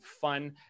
fun